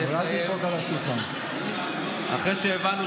אתה תכף תקפוץ פה על השולחן של הממשלה.